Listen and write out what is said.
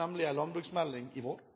nemlig en landbruksmelding i vår.